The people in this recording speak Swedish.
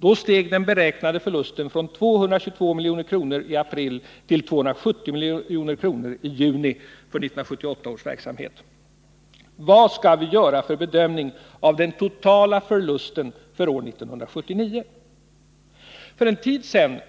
Då steg den beräknade förlusten för 1978 års verksamhet från 222 milj.kr. i april till 270 milj.kr. i juni. Hur skall vi i dag bedöma storleken av den totala förlusten för år 1979? För en tid sedan